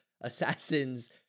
Assassins